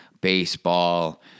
baseball